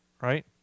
right